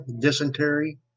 dysentery